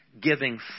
giving